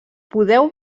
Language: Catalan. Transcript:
podeu